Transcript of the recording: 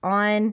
on